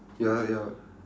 ya ya